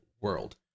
world